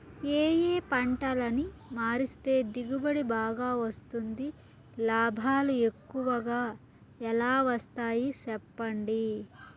ఏ ఏ పంటలని మారిస్తే దిగుబడి బాగా వస్తుంది, లాభాలు ఎక్కువగా ఎలా వస్తాయి సెప్పండి